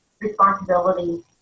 responsibility